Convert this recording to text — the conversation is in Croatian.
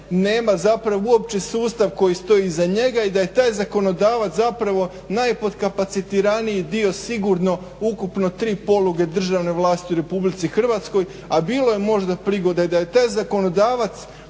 nema zapravo uopće sustav koji stoji iza njega i da je taj zakonodavac zapravo najpodkapacitiraniji dio sigurno ukupno tri poluge državne vlasti u RH, a bilo je možda prigoda da je taj zakonodavac